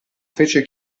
fece